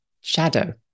shadow